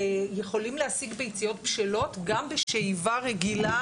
יכולים להשיג ביציות בשלות גם בשאיבה רגילה,